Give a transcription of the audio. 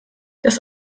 das